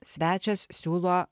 svečias siūlo